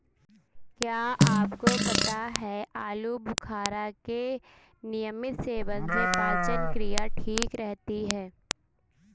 क्या आपको पता है आलूबुखारा के नियमित सेवन से पाचन क्रिया ठीक रहती है?